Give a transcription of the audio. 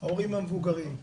ההורים המבוגרים.